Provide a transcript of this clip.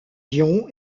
dion